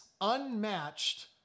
unmatched